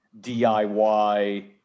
diy